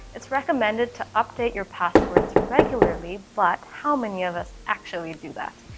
it's recommended to update your passwords regularly but how many of us actually do that.